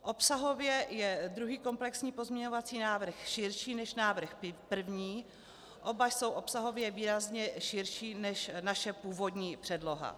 Obsahově je druhý komplexní pozměňovací návrh širší než návrh první, oba jsou obsahově výrazně širší než naše původní předloha.